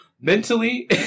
mentally